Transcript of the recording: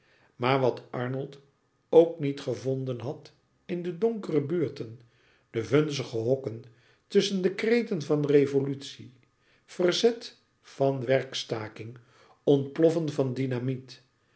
maar wat arnold ook niet gevonden had in louis couperus metamorfoze de donkere buurten de vunzige hokken tusschen de kreten van revolutie verzet van werkstaking ontploffen van dynamiet